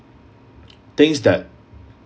things that